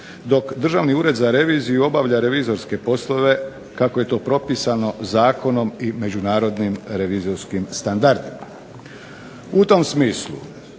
dok Državni ured za reviziju obavlja revizijske poslove kako je to propisano zakonom i međunarodnim revizorskim standardima.